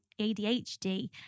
adhd